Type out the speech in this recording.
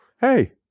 Hey